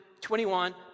21